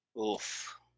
Oof